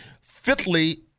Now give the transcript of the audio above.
Fifthly